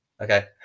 Okay